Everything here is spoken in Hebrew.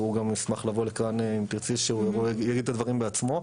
והוא גם ישמח לבוא לכאן אם תרצי שהוא יגיד את הדברים בעצמו.